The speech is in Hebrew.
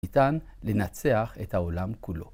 ניתן לנצח את העולם כולו.